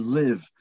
live